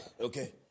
Okay